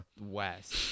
West